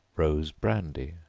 rose brandy.